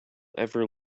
ever